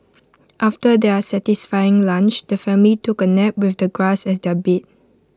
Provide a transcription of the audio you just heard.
after their satisfying lunch the family took A nap with the grass as their bed